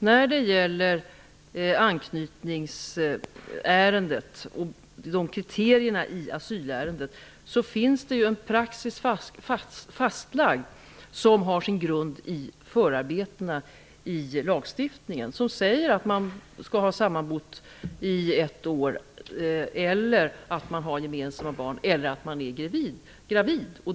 När det gäller anknytningsärendet och kriterierna i asylärendet finns det en praxis fastlagd, som har sin grund i förarbetena i lagstiftningen. Där sägs att man skall ha sammanbott i ett år, att man skall ha gemensamma barn eller att man skall vara gravid.